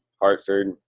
Hartford